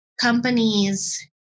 companies